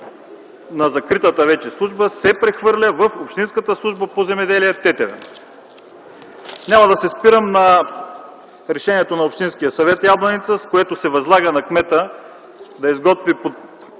на закритата вече служба се прехвърля в Общинската служба по земеделие – Тетевен. Няма да се спирам на решението на Общинския съвет – Ябланица, с което се възлага на кмета да изготви една